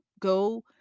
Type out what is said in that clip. go